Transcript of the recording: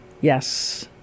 Yes